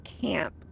camp